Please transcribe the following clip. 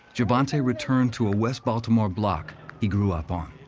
gervonta returned to a west baltimore block he grew up on.